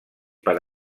per